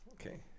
okay